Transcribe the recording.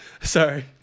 Sorry